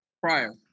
Prior